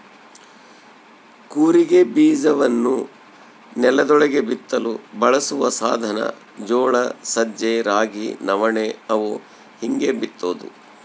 ಕೂರಿಗೆ ಬೀಜವನ್ನು ನೆಲದೊಳಗೆ ಬಿತ್ತಲು ಬಳಸುವ ಸಾಧನ ಜೋಳ ಸಜ್ಜೆ ರಾಗಿ ನವಣೆ ಅವು ಹೀಗೇ ಬಿತ್ತೋದು